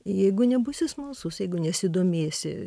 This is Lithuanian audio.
jeigu nebūsi smalsus jeigu nesidomėsi